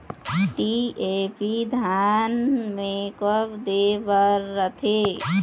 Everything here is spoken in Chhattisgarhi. डी.ए.पी धान मे कब दे बर रथे?